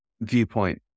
viewpoint